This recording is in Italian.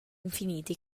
infiniti